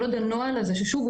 כל עוד הנוהל הזה ששוב,